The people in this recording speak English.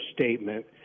statement